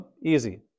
Easy